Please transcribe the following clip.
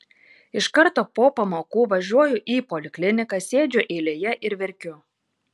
iš karto po pamokų važiuoju į polikliniką sėdžiu eilėje ir verkiu